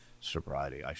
sobriety